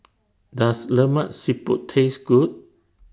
Does Lemak Siput Taste Good